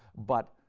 but,